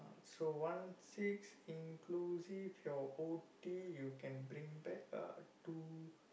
so one six inclusive your O_T you can bring back uh two